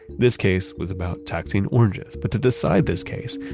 this case was about taxing oranges. but to decide this case,